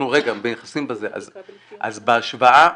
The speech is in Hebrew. אז בהשוואה,